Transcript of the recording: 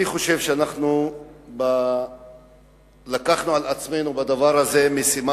אני חושב שאנחנו לקחנו על עצמנו בדבר הזה משימה